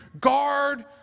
guard